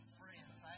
friends